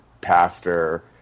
pastor